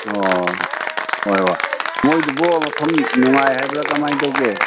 ꯑꯣ ꯍꯣꯏ ꯍꯣꯏ ꯃꯣꯏꯗꯨꯕꯣ ꯃꯐꯝ ꯅꯨꯡꯉꯥꯏ ꯍꯥꯏꯕ꯭ꯔ ꯀꯃꯥꯏ ꯇꯧꯒꯦ